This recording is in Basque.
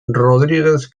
rodriguez